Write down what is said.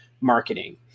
marketing